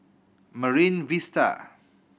Marine Vista